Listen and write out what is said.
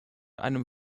einem